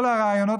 כל הרעיונות